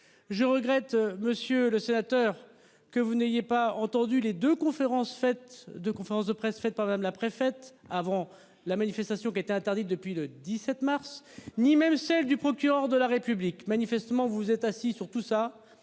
Je regrette monsieur le sénateur que vous n'ayez pas entendu les deux conférences fait de conférence de presse faites par Madame la préfète avant la manifestation, qui était interdite depuis le 17 mars, ni même celle du procureur de la République manifestement vous êtes assis sur tout ça.